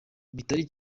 bitari